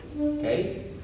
Okay